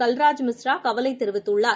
Kalraj Mishra கவலைதெரிவித்துள்ளார்